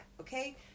okay